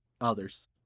others